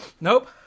Nope